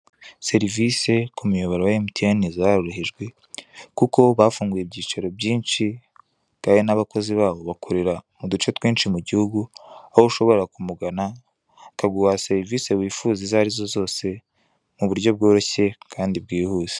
Serivise ku muyoboro wa emutiyene zarorohejwe, kuko bafunguye ibyicaro byinshi kandi n'abakozi babo bakorera mu duce twinshi mu gihugu, aho ushobora kumugana akaguha serivise wifuza izo arizo zose, mu buryo bworoshye kandi bwihuse.